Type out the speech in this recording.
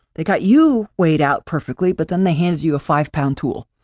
they got you weighed out perfectly, but then they hand you a five-pound tool.